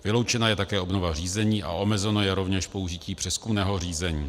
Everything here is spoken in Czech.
Vyloučena je také obnova řízení a omezeno je rovněž použití přezkumného řízení.